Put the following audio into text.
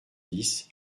dix